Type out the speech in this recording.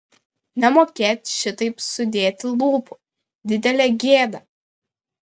nemokėt šitaip sudėti lūpų didelė gėda